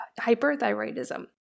hyperthyroidism